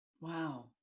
Wow